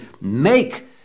make